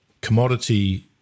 commodity